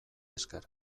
esker